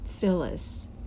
Phyllis